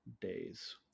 days